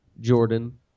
Jordan